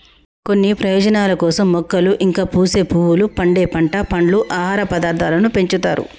కొన్ని ప్రయోజనాల కోసం మొక్కలు ఇంకా పూసే పువ్వులు, పండే పంట, పండ్లు, ఆహార పదార్థాలను పెంచుతారు